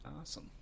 awesome